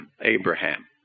Abraham